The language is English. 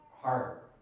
heart